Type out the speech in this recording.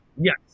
Yes